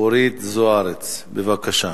אורית זוארץ, בבקשה.